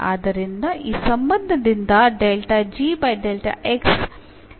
ಆದ್ದರಿಂದ ಈ ಸಂಬಂಧದಿಂದ ನೀವು ಈ M ಅನ್ನು ಪಡೆಯುತ್ತೀರಿ